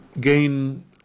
gain